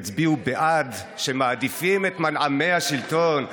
יצביעו בעד מי שמעדיפים את מנעמי השלטון,